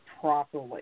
properly